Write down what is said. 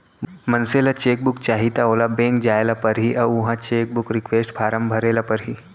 मनसे ल cheque book चाही त ओला बेंक जाय ल परही अउ उहॉं चेकबूक रिक्वेस्ट फारम भरे ल परही